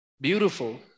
Beautiful